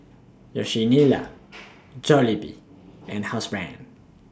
Jollibee and Housebrand